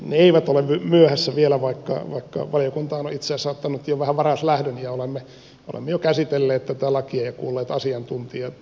ne eivät ole myöhässä vielä vaikka valiokunta on itse asiassa ottanut jo vähän varaslähdön ja olemme jo käsitelleet tätä lakia ja kuulleet asiantuntijoita